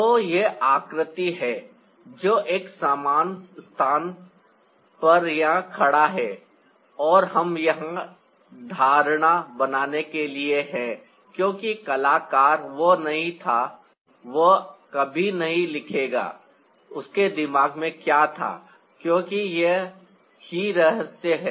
तो यह आकृति है जो एक समान स्थान पर यहां खड़ा है और हम यहां धारणा बनाने के लिए हैं क्योंकि कलाकार वह नहीं था वह कभी नहीं लिखेगा उसके दिमाग में क्या था क्योंकि यही रहस्य है